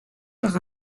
par